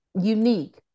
Unique